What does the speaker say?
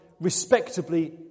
respectably